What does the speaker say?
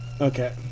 Okay